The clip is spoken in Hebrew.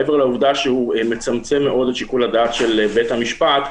מעבר לעובדה שהוא מצמצם מאוד את שיקול הדעת של בית המשפט,